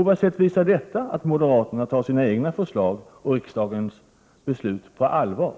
På vilket sätt visar detta att moderaterna tar sina egna förslag och riksdagens beslut på allvar?